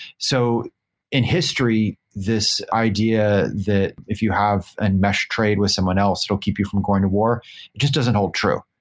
so in history, this idea that if you have a and mesh trade with someone else, it will keep you from going to war just doesn't hold true,